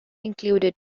included